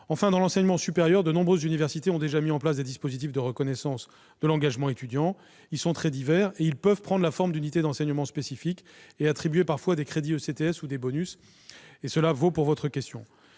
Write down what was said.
sein de l'enseignement supérieur, de nombreuses universités ont déjà mis en place des dispositifs de reconnaissance de l'engagement étudiant. Très divers, ces dispositifs peuvent prendre la forme d'unités d'enseignement spécifiques et attribuer parfois des crédits ECTS ou des bonus. Monsieur le sénateur,